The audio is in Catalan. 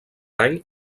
any